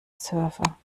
server